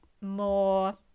more